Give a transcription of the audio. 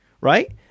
right